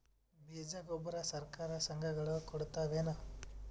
ಬೀಜ ಗೊಬ್ಬರ ಸರಕಾರ, ಸಂಘ ಗಳು ಕೊಡುತಾವೇನು?